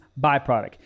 byproduct